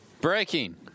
Breaking